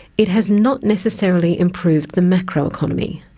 it has not necessarily improved the macro economy,